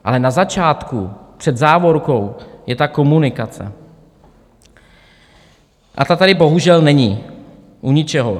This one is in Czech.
Ale na začátku před závorkou je ta komunikace a ta tady bohužel není u ničeho.